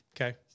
Okay